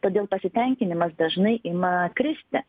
todėl pasitenkinimas dažnai ima kristi